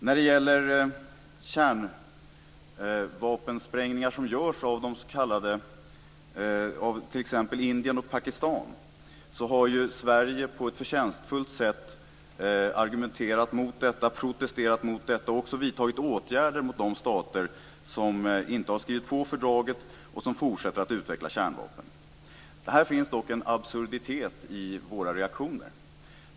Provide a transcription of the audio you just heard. När det gäller kärnvapensprängningar som görs av t.ex. Indien och Pakistan har Sverige på ett förtjänstfullt sätt argumenterat och protesterat mot detta och även vidtagit åtgärder mot de stater som inte har skrivit på fördraget och som fortsätter att utveckla kärnvapen. Här finns dock en absurditet i våra reaktioner.